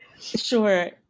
sure